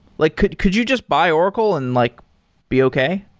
like could could you just buy oracle and like be okay?